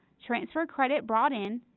transfer credit brought in,